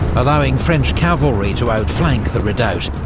allowing french cavalry to outflank the redoubt,